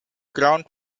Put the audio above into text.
ground